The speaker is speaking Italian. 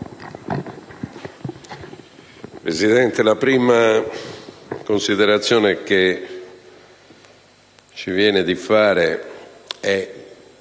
Presidente, la prima considerazione che ci viene da fare è